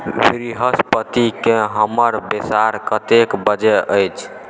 बृहस्पतिके हमर बैसार कतेक बजे अछि